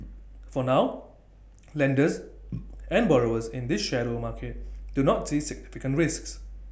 for now lenders and borrowers in this shadow market do not see significant risks